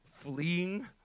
fleeing